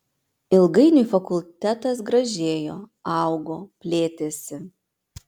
ilgainiui fakultetas gražėjo augo plėtėsi